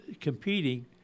competing